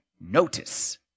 notice